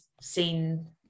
seen